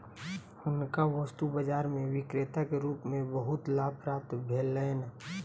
हुनका वस्तु बाजार में विक्रेता के रूप में बहुत लाभ प्राप्त भेलैन